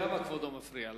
למה כבודו מפריע לנו?